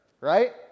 right